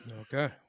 Okay